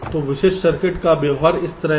तो विशिष्ट सर्किट का व्यवहार इस तरह है